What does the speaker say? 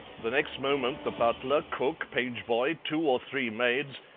the next moment the butler, cook, page-boy, two or three maids,